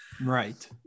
Right